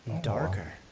Darker